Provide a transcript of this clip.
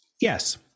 Yes